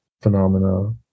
phenomena